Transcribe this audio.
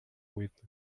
with